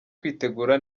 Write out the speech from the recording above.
kwitegura